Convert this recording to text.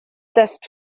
test